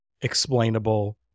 explainable